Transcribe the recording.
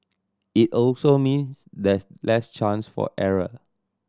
it also means there's less chance for error